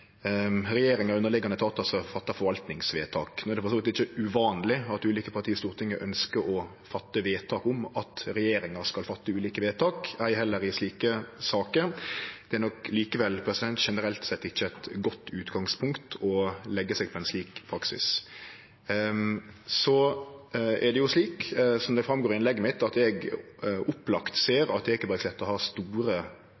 regjeringa og underliggjande etatar som fattar forvaltningsvedtak. No er det for så vidt ikkje uvanleg at ulike parti i Stortinget ønskjer å fatte vedtak om at regjeringa skal fatte ulike vedtak, ei heller i slike saker. Det er nok likevel generelt sett ikkje eit godt utgangspunkt å leggje seg på ein slik praksis. Så er det jo slik, som det går fram av innlegget mitt, at eg opplagt